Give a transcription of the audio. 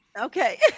okay